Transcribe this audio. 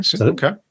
Okay